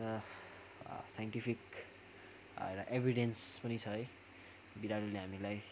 र साइन्टिफिक एउटा एभिडेन्स पनि छ है बिरालोले हामीलाई